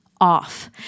off